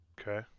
Okay